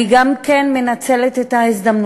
אני גם מנצלת את ההזדמנות